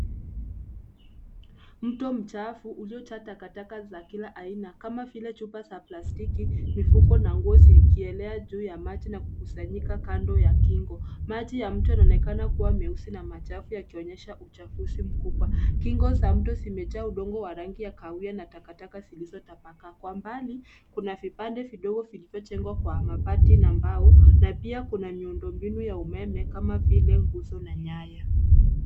Mto mchafu uliojaa takataka za kila aina kama vile chupa za plastiki, mifuko na nguo zikielea juu ya maji na kukusanyika kando ya kingo. Maji ya moto yanaonekana kuwa meusi na machafu yakionyesha uchafuzi mkubwa. Kingo za mto zimejaa udongo wa rangi ya kahawia na takataka zilizotapakaa. Kwa mbali kuna vibanda vidogo vilivyojengwa kwa mabati na mbao na pia kuna miundo mbinu ya umeme kama vile nguzo na nyaya.